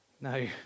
No